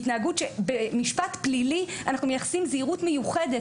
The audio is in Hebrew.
במשפט פלילי אנחנו מייחסים זהירות מיוחדת